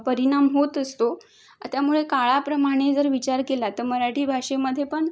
परिणाम होत असतो त्यामुळे काळाप्रमाणे जर विचार केला तर मराठी भाषेमध्ये पण